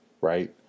right